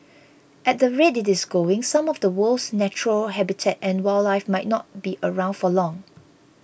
at the rate it is going some of the world's natural habitat and wildlife might not be around for long